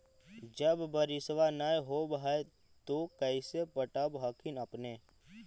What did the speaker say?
जब बारिसबा नय होब है तो कैसे पटब हखिन अपने?